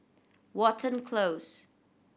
Watten Close